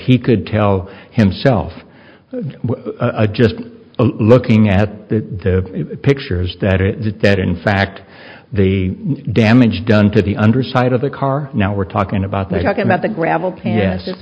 he could tell himself just looking at the pictures that the dead in fact the damage done to the underside of the car now we're talking about they're talking about the gravel